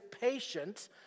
patient